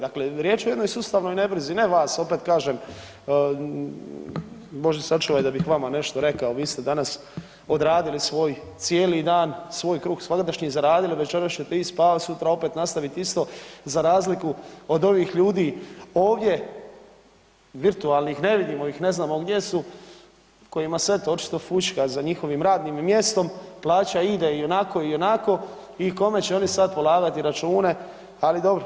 Dakle riječ je o jednoj sustavnoj nebrizi, ne vas, opet kažem, Bože sačuvaj da bih vama nešto rekao, vi ste danas odradili svoj cijeli dan, svoj kruh svagdašnji zaradili, večeras ćete ići spavati, sutra opet nastaviti isto za razliku od ovih ljudi ovdje, virtualnih, ne vidimo ih, ne znamo gdje su kojima se, eto, očito fućka za njihovim radnim mjestom, plaća ide ionako i onako i kome će oni sad polagati račune, ali dobro.